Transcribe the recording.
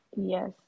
Yes